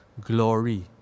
Glory